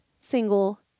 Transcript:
single